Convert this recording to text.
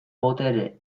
botere